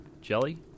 jelly